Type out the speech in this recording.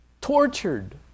Tortured